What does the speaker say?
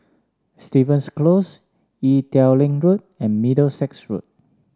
Stevens Close Ee Teow Leng Road and Middlesex Road